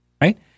Right